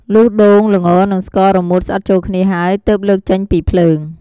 លុះដូង ល្ងនិងស្ករ រមួតស្អិតចូលគ្នាហើយ ទើបលើកចេញពីភ្លើង។